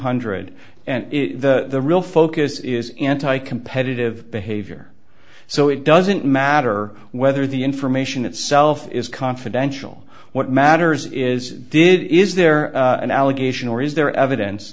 hundred and the real focus is anti competitive behavior so it doesn't matter whether the information itself is confidential what matters is did is there an allegation or is there evidence